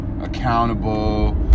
accountable